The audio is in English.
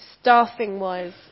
Staffing-wise